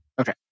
Okay